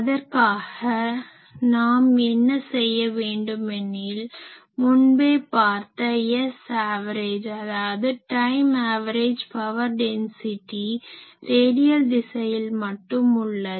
அதற்காக நாம் என்ன செய்ய வேண்டுமெனில் முன்பே பார்த்த S ஆவரேஜ் அதாவது time average power density radial திசையில் மட்டும் உள்ளது